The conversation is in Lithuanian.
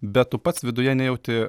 bet tu pats viduje nejauti